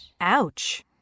Ouch